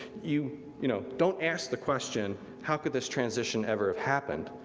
you, you know don't ask the question, how could this transition ever happened.